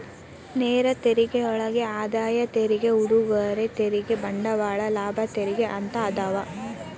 ನೇರ ತೆರಿಗೆಯೊಳಗ ಆದಾಯ ತೆರಿಗೆ ಉಡುಗೊರೆ ತೆರಿಗೆ ಬಂಡವಾಳ ಲಾಭ ತೆರಿಗೆ ಅಂತ ಅದಾವ